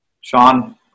sean